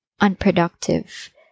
unproductive